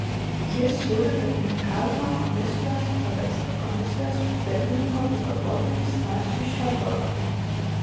jis siūlė pirmininkavimą komisijos pavesti komisijos pirmininko pavaduotojui stasiui šedbarui